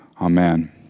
Amen